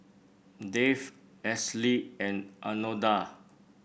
Dave Ashlea and Anona